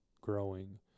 growing